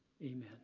Amen